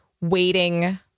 waiting